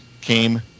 came